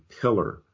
pillar